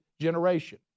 generation